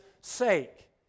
sake